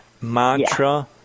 mantra